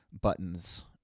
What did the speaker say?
buttons